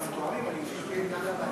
הכלכלה נתקבלה.